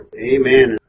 Amen